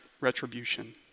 retribution